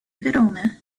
verona